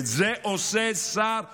את זה עושה שר האוצר,